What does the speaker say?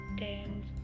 dance